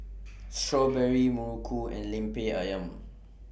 Strawberry Muruku and Lemper Ayam